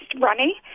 runny